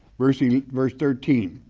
verse yeah verse thirteen,